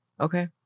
okay